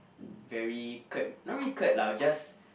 very crap not really crap lah just